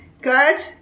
good